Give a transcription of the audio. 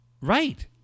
Right